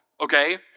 Okay